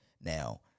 now